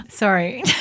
sorry